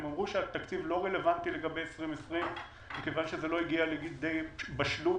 הם אמרו שהתקציב לא רלוונטי לגבי 2020 מכיוון שזה לא הגיע לידי בשלות,